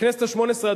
הכנסת השמונה-עשרה,